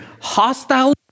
hostile